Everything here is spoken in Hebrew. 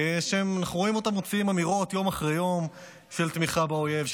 שאנחנו רואים אותם מוציאים יום אחרי יום אמירות של תמיכה באויב,